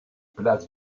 place